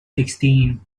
sixteen